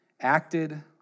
acted